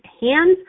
hands